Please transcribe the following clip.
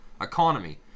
Economy